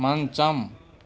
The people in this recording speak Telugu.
మంచం